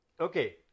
Okay